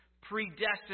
predestined